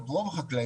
או את רוב החקלאים,